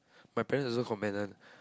my parents also comment one